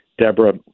Deborah